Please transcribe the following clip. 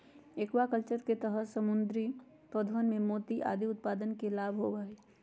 aquaculture के तहद मछली, समुद्री पौधवन एवं मोती आदि उत्पादन के लाभ होबा हई